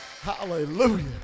Hallelujah